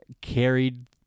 carried